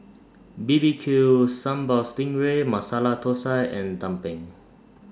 B B Q Sambal Sting Ray Masala Thosai and Tumpeng